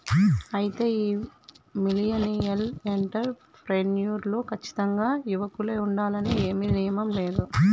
అయితే ఈ millennial entrepreneur లో కచ్చితంగా యువకులే ఉండాలని ఏమీ నియమం లేదు